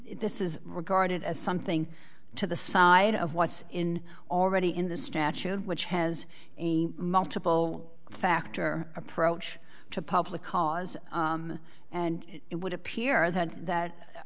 this is regarded as something to the side of what's in already in the statute which has multiple factor approach to public cause and it would appear that